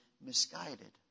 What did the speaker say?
misguided